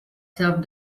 served